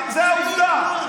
זו העובדה.